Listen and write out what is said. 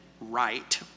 right